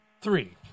Three